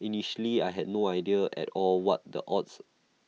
initially I had no idea at all what the odds